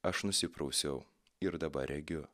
aš nusiprausiau ir dabar regiu